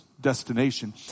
destination